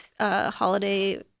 holiday